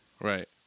Right